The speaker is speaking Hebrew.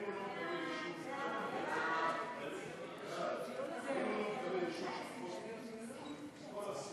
ההצעה להעביר את הצעת חוק התגמולים לנפגעי פעולות